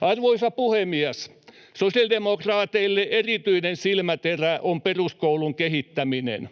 Arvoisa puhemies! Sosiaalidemokraateille erityinen silmäterä on peruskoulun kehittäminen.